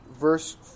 verse